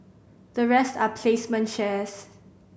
the rest are placement shares